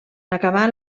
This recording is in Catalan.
acabar